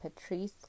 Patrice